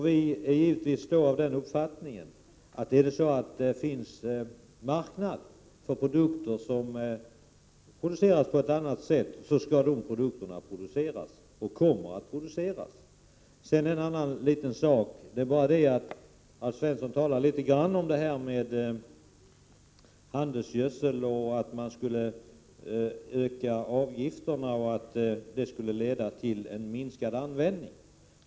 Vi har givetvis den uppfattningen att vi skall producera produkter på ett annat sätt om det finns en marknad för dem. Alf Svensson säger att höjda avgifter på handelsgödsel skulle leda till minskad användning.